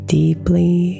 deeply